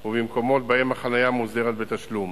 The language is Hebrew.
או במקומות שבהם החנייה מוסדרת בתשלום.